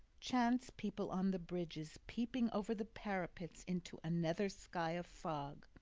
chance people on the bridges peeping over the parapets into a nether sky of fog,